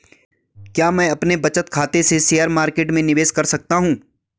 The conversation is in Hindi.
क्या मैं अपने बचत खाते से शेयर मार्केट में निवेश कर सकता हूँ?